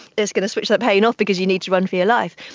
that's going to switch the pain of because you need to run for your life.